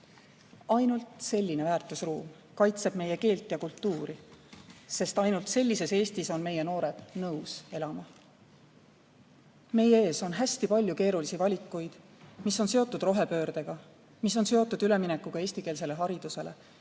Ainult selline väärtusruum kaitseb meie keelt ja kultuuri, sest ainult sellises Eestis on meie noored nõus elama. Meie ees on hästi palju keerulisi valikuid, mis on seotud rohepöördega, mis on seotud üleminekuga eestikeelsele haridusele,